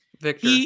Victor